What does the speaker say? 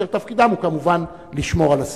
אשר תפקידם הוא כמובן לשמור על הסדר?